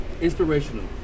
inspirational